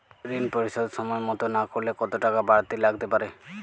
ঋন পরিশোধ সময় মতো না করলে কতো টাকা বারতি লাগতে পারে?